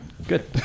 Good